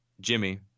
Jimmy